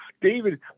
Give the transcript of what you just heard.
David